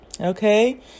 Okay